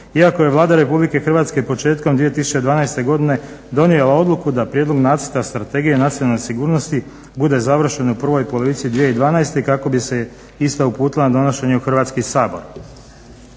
iako je Vlada Republike Hrvatske početkom 2012. godine donijela odluku da Prijedlog nacrta strategije nacionalne sigurnosti bude završen u prvoj polovici 2012. kako bi se ista uputila na donošenje u Hrvatski sabor.